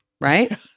Right